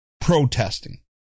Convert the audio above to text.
protesting